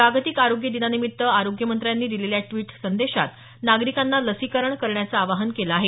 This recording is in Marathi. जागतिक आरोग्य दिनानिमित्त आरोग्य मंत्र्यांनी दिलेल्या द्विट संदेशात नागरीकांना लसीकरण करण्याचं आवाहन केलं आहे